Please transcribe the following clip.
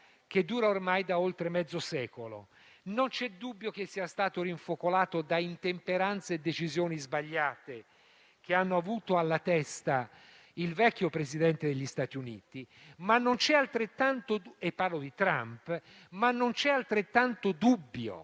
che dura ormai da oltre mezzo secolo. Non c'è dubbio che sia stato rinfocolato da intemperanze e decisioni sbagliate, che hanno avuto alla testa il precedente Presidente degli Stati Uniti, Trump, ma non c'è altresì dubbio